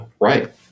Right